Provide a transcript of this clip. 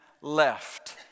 left